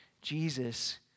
Jesus